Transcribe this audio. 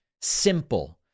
simple